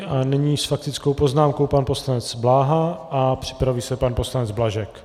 A nyní s faktickou poznámkou pan poslanec Bláha a připraví se pan poslanec Blažek.